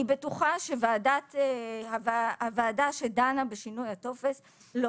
אני בטוחה שהוועדה שדנה בשינוי הטופס לא